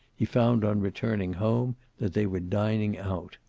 he found on returning home that they were dining out.